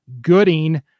Gooding